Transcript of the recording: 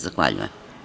Zahvaljujem.